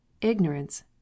Ignorance